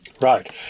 Right